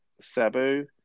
Sabu